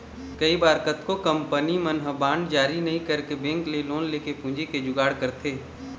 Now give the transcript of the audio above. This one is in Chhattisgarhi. कई बार कतको कंपनी मन ह बांड जारी नइ करके बेंक ले लोन लेके पूंजी के जुगाड़ करथे